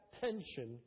tension